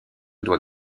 doit